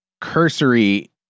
cursory